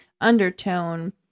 undertone